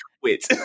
quit